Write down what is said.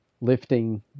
lifting